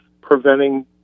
preventing